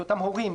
היותם הורים,